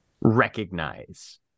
recognize